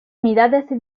unidades